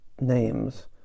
names